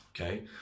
Okay